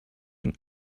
ein